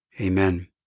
Amen